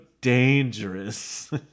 dangerous